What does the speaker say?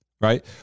right